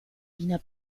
wiener